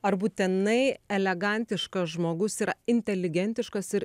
ar būtinai elegantiškas žmogus yra inteligentiškas ir